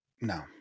no